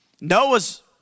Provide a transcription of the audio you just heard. Noah's